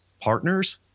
partners